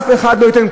אף אחד לא ייתן.